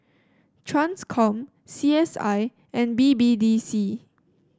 Transcom C S I and B B D C